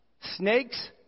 Snakes